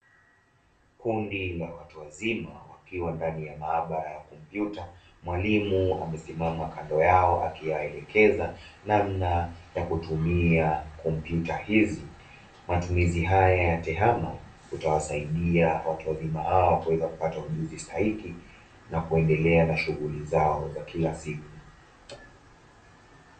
Kundi la watu wazima wakiwa ndani ya maabara ya kompyuta. Mwalimu amesimama kando yao, akiwaelekeza namna ya kutumia kompyuta hizi. Matumizi haya ya "TEHAMA" itawasaidia watu wazima hawa kupata ujuzi stahiki na kuendelea nashughuli zao za kila siku.